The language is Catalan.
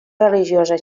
religiosa